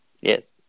Yes